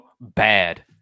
bad